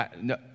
No